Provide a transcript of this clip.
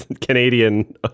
Canadian